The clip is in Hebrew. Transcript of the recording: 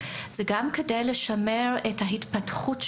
אלא הוא גם לשמר את ההתפתחות שלהם,